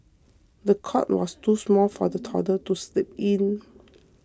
the cot was too small for the toddler to sleep in